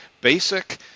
basic